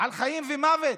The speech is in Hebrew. על חיים ומוות.